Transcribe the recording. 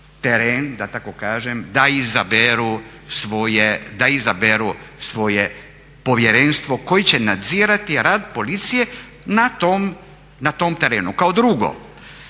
da izaberu svoje povjerenstvo koje će nadzirati rad policije na tom terenu. Kao drugo